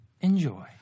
enjoy